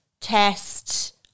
test